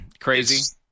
Crazy